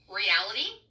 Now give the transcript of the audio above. reality